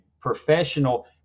professional